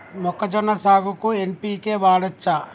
మొక్కజొన్న సాగుకు ఎన్.పి.కే వాడచ్చా?